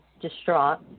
distraught